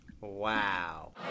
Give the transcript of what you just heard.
wow